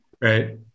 Right